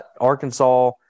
Arkansas